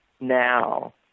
now